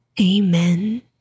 Amen